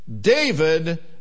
David